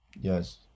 Yes